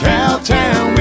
Cowtown